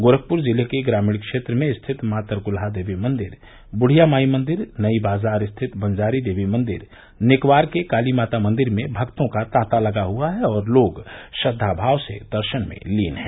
गोरखपुर जिले के ग्रामीण क्षेत्र में स्थित मां तरकलहा देवी मंदिर बुढ़िया माई मंदिर नई बाजार स्थित बंजारी देवी मंदिर नेकवार के काली माता मंदिर में भक्तों का तांता लगा हुआ है और लोग श्रद्वामाव से दर्शन में लीन हैं